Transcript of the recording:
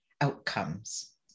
outcomes